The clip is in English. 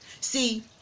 See